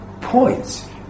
points